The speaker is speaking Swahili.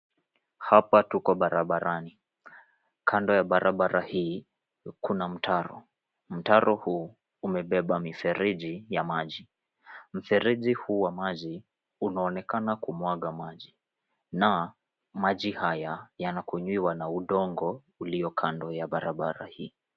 Hapa tuko barabarani. Kando ya barabara hii kuna mtaro. Mtaro huu umebeba mifereji ya maji. Mfereji huu wa maji unaonekana kumwaga maji na maji haya yanakunywiwa na udongo ulio kando ya barabara hii.